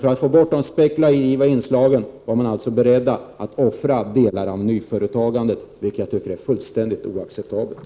För att få bort de spekulativa inslagen var finansministern alltså beredd att offra delar av nyföretagandet, vilket jag tycker är fullständigt oacceptabelt.